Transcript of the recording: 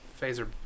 phaser